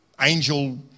angel